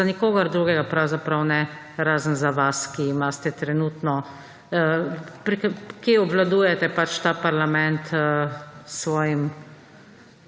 za nikogar drugega pravzaprav ne, razen za vas, ki imate trenutno, ki obvladujete pač ta parlament s svojimi